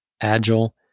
agile